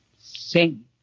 Sing